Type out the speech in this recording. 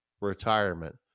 retirement